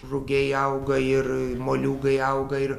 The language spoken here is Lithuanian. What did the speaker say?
rugiai auga ir moliūgai auga ir